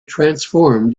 transformed